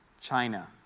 China